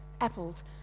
Apples